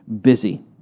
busy